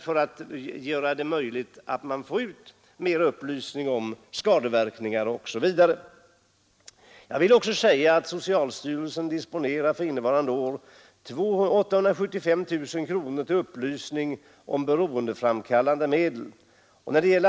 På det sättet skall vi skapa möjligheter att få ut mera upplysning om tobakens skadeverkningar. Jag vill också erinra om att socialstyrelsen för innevarande år disponerar 875 000 kronor till upplysning om beroendeframkallande medel.